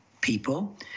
people